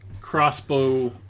crossbow